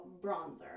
bronzer